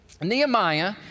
Nehemiah